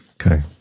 Okay